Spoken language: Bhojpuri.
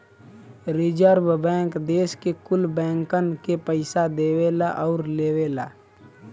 रीजर्वे बैंक देस के कुल बैंकन के पइसा देवला आउर लेवला